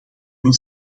een